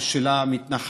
או של המתנחלים,